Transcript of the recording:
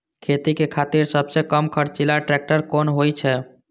खेती के खातिर सबसे कम खर्चीला ट्रेक्टर कोन होई छै?